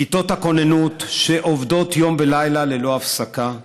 כיתות הכוננות, שעובדות יום ולילה ללא הפסקה,